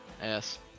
ass